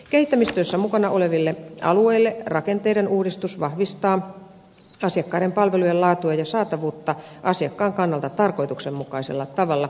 kehittämistyössä mukana olevilla alueilla rakenteiden uudistus vahvistaa asiakkaiden palvelujen laatua ja saatavuutta asiakkaan kannalta tarkoituksenmukaisella tavalla